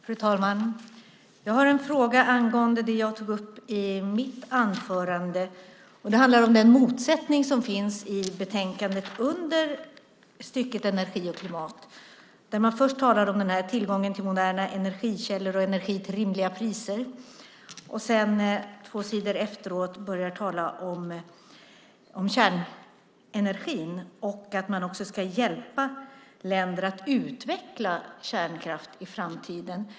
Fru talman! Jag har en fråga angående det jag tog upp i mitt anförande. Det handlar om den motsättning som finns i betänkandet i stycket om energi och klimat, där man först talar om tillgången till moderna energikällor och energi till rimliga priser och sedan, två sidor senare, börjar tala om kärnenergi och att man också ska hjälpa länder att utveckla kärnkraft i framtiden.